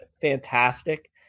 Fantastic